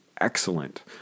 excellent